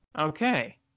okay